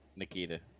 nikita